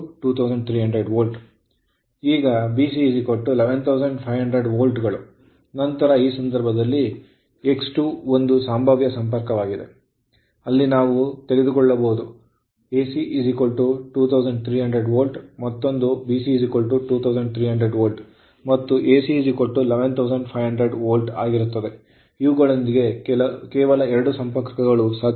ಈಗ BC 11500 volt ಗಳು ನಂತರ ಈ ಸಂದರ್ಭದಲ್ಲಿ ಇದು X2 ಇದು ಒಂದು ಸಂಭಾವ್ಯ ಸಂಪರ್ಕವಾಗಿದೆ ಅಲ್ಲಿ ನಾವು ತೆಗೆದುಕೊಳ್ಳಬಹುದು AC 2300 ವೋಲ್ಟ್ ಮತ್ತೊಂದು BC 2300 ವೋಲ್ಟ್ ಮತ್ತು AC 11500 ವೋಲ್ಟ್ ಆಗಿರುತ್ತದೆ ಇವುಗಳೊಂದಿಗೆ ಕೇವಲ 2 ಸಂಪರ್ಕಗಳು ಸಾಧ್ಯ